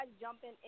jumping